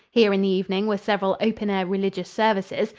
here in the evening were several open-air religious services.